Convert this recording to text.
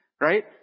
Right